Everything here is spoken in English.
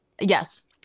Yes